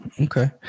Okay